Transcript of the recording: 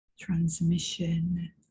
transmission